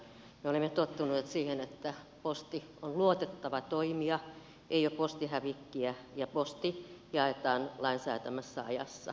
me olemme tottuneet siihen että posti on luotettava toimija ei ole postihävikkiä ja posti jaetaan lain säätämässä ajassa